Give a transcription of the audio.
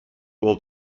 will